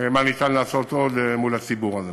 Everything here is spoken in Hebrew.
מה ניתן לעשות עוד מול הציבור הזה.